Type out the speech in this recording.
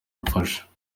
mfashe